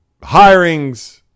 hirings